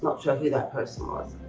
ah sure who that person was.